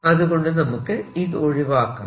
അതുകൊണ്ട് നമുക്ക് ഇത് ഒഴിവാക്കാം